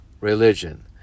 religion